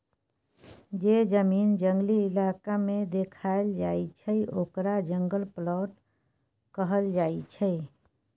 जे जमीन जंगली इलाका में देखाएल जाइ छइ ओकरा जंगल प्लॉट कहल जाइ छइ